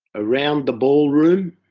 around the ball room.